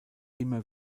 immer